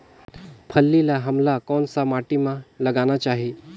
फल्ली ल हमला कौन सा माटी मे लगाना चाही?